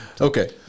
Okay